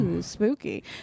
Spooky